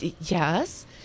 yes